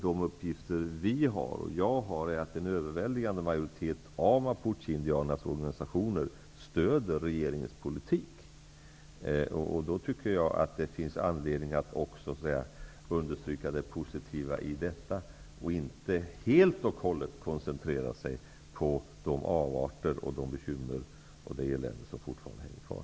De uppgifter som jag har är att det är en överväldigande majoritet av mapucheindianernas organisationer som stöder regeringens politik. Därför tycker jag att det finns anledning att också understryka det positiva i detta och inte helt och hållet koncentrera sig på de avarter, bekymmer och elände som fortfarande hänger kvar.